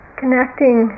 connecting